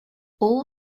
all